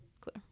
clear